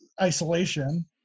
isolation